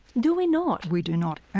do we not? we do not.